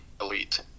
elite